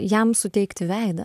jam suteikti veidą